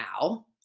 now